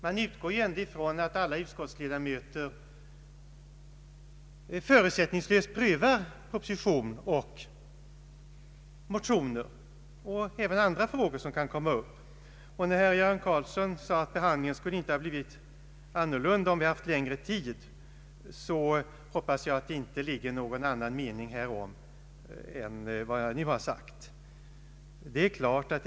Man utgår ändå från att alla utskottsledamöter förutsättningslöst prövar en proposition, motioner och andra frågor som kan komma upp. När herr Göran Karlsson sade att behandlingen inte skulle ha blivit annorlunda om vi haft längre tid hoppas jag att det inte ligger någon annan mening däri än den jag nu har gett uttryck för.